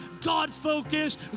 God-focused